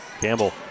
Campbell